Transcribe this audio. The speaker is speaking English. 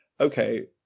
okay